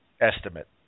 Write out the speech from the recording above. estimate